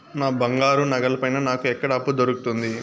నా బంగారు నగల పైన నాకు ఎక్కడ అప్పు దొరుకుతుంది